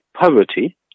poverty